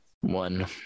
one